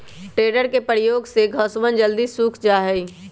tedder के प्रयोग से घसवन जल्दी सूख भी जाहई